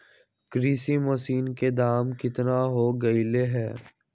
कृषि मशीन के दाम कितना हो गयले है?